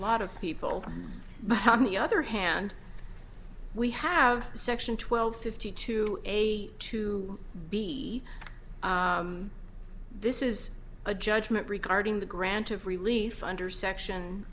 lot of people on the other hand we have section twelve fifty two a to b this is a judgment regarding the grant of relief under section